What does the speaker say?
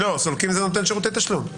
לא, סולקים זה נותן שירותי תשלום.